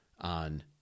on